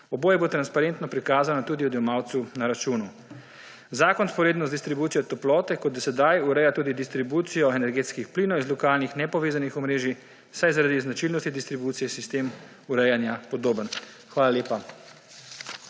Oboje bo transparentno prikazano tudi odjemalcu na računu. Zakon vzporedno z distribucijo toplote kot do sedaj ureja tudi distribucijo energetskih plinov iz lokalnih nepovezanih omrežij, saj je zaradi značilnosti distribucije sistem urejanja podoben. Hvala lepa.